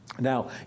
Now